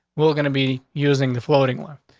we're gonna be using the floating one.